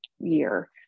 year